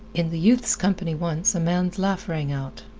in the youth's company once a man's laugh rang out.